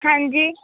ਹਾਂਜੀ